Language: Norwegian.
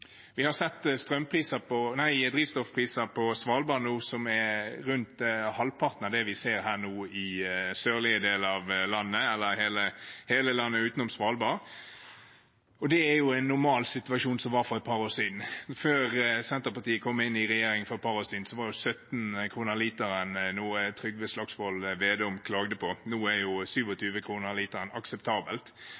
Vi har sett drivstoffpriser på Svalbard som nå er halvparten av det vi ser i sørlige deler av landet, eller i hele landet utenom Svalbard. Og det er en normalsituasjon som var for et par år siden. For et par år siden – før Senterpartiet kom i regjering – var 17 kr per literen noe som Trygve Slagsvold Vedum klagde på. Nå er